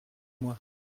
moi